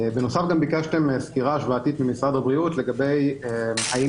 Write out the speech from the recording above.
בנוסף גם ביקשתם סקירה השוואתית ממשרד הבריאות לגבי האם